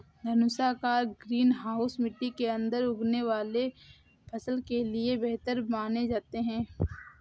धनुषाकार greenhouse मिट्टी के अंदर उगने वाले फसल के लिए बेहतर माने जाते हैं